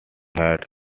heart